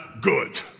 good